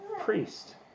priest